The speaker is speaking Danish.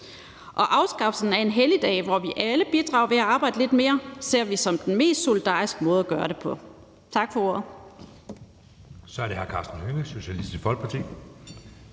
og afskaffelsen af en helligdag, hvor vi alle bidrager ved at arbejde lidt mere, ser vi som den mest solidariske måde at gøre det på. Tak for ordet.